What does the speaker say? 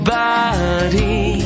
body